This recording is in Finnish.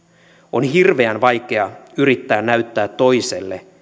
on hirveän vaikea yrittää näyttää toiselle